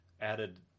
added